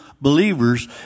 believers